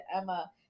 Emma